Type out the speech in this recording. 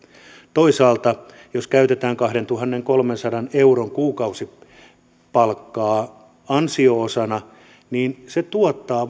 toisaalta jos käytetään kahdentuhannenkolmensadan euron kuukausipalkkaa ansio osana niin se tuottaa